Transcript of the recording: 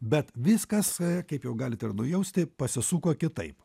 bet viskas kaip jau galite ir nujausti pasisuko kitaip